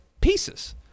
pieces